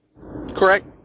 Correct